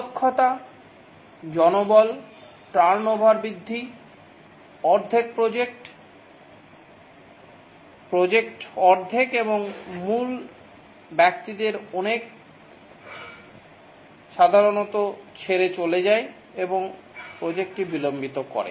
অদক্ষতা জনবল টার্নওভার বৃদ্ধি অর্ধেক প্রজেক্ট প্রজেক্ট অর্ধেক এবং মূল ব্যক্তিদের অনেক সাধারণত ছেড়ে চলে যায় এবং প্রজেক্টটি বিলম্বিত করে